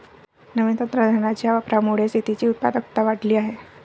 नवीन तंत्रज्ञानाच्या वापरामुळे शेतीची उत्पादकता वाढली आहे